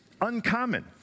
uncommon